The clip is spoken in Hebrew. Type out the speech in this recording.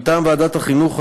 מטעם ועדת החינוך,